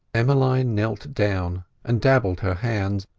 emmeline knelt down and dabbled her hands,